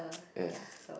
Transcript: yes